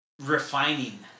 refining